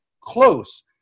close